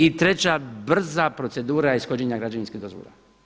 I treća brza procedura ishođenja građevinskih dozvola.